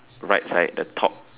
right side the top